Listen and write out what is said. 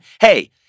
Hey